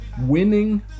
winning